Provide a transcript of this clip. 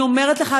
אני אומרת לך,